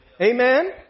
Amen